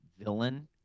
villain